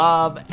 Love